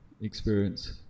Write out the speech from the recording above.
experience